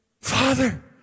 Father